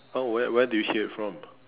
oh where where do you hear it from